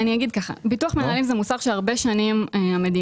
אני אגיד ככה: ביטוח מנהלים זה מוצר שהרבה שנים המדינה